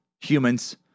humans